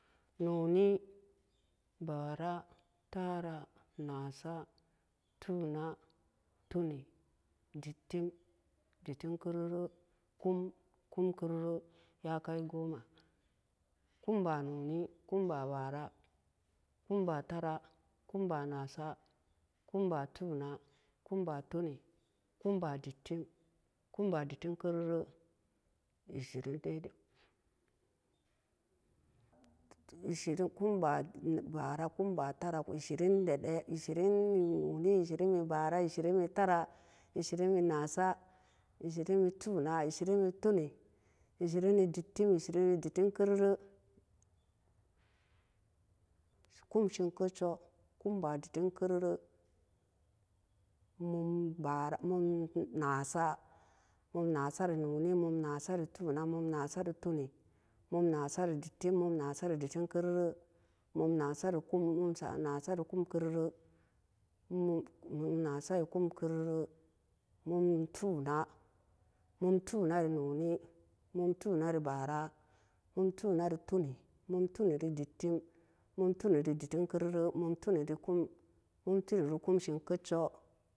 Nóóni báárá tára náásá tuuna tunin dutim dútim- kéréré kúm kúm-kerere ya kai goma kúm- báa- nóóni kúm- báa- báara kúm-báa-tara kúm- báa- na kúm- báa- na'asa kúm- báa- tu'una kúm- báa- tunim kúm- báa- dutim kúm- báa- dutim kerere ashirin dai dai kenan ashirin e nooni ashirin e baara ashirin e tara ashirin e naasa ashirin e tu'una ashirin e tunin ashirin e dutim ashirin e dutim- kerere ku'um seen ketso ku'um ba deetim kerere mum baara mum naasa mum na'asa ree nooni mum na'asa ree tuuna mum na'asa ree tunin mum na'asa ree dutim mum na'asa ree dutrim kerere mum na'asa ree ku'um mum na'asa ree ku'um- kerere mum mum nasa ree ku'um- kerere mum tu'una mum tu'una e nooni mum tu'una e bara mum tu'una e tunin mum tu'una e dutin mum tu'una e dutim-kerere mum tunin e ku'um mum tunin e ku'un seen ketso